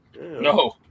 No